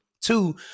Two